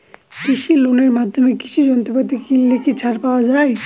কৃষি লোনের মাধ্যমে কৃষি যন্ত্রপাতি কিনলে কি ছাড় পাওয়া যায়?